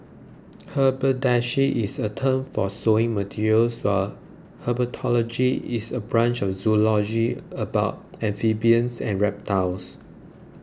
haberdashery is a term for sewing materials while herpetology is a branch of zoology about amphibians and reptiles